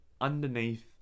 underneath